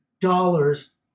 dollars